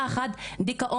והן חשות פחד ודיכאון,